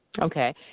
Okay